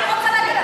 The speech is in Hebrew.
אני רוצה להגן,